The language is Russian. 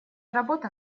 работа